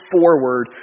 forward